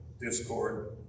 discord